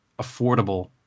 affordable